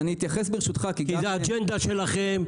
כי זה האג'נדה החדשה שלכם,